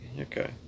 Okay